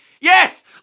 Yes